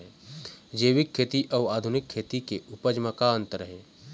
जैविक खेती अउ आधुनिक खेती के उपज म का अंतर हे?